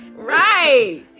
Right